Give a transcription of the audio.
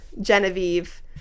Genevieve